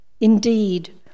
Indeed